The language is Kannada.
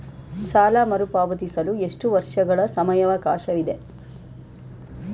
ಸಾಲ ಮರುಪಾವತಿಸಲು ಎಷ್ಟು ವರ್ಷಗಳ ಸಮಯಾವಕಾಶವಿದೆ?